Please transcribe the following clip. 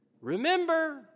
Remember